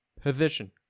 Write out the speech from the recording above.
position